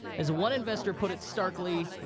as one investor put it starkly,